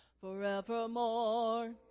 Forevermore